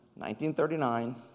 1939